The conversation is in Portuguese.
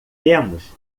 temos